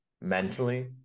Mentally